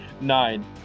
Nine